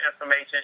information